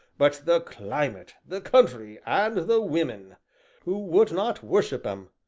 but the climate, the country, and the women who would not worship em?